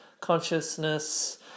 consciousness